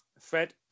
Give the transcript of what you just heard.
Fred